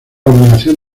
obligación